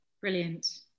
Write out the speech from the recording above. Brilliant